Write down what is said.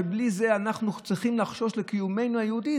בלי זה אנחנו צריכים לחשוש לקיומנו היהודי,